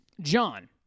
John